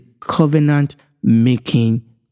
covenant-making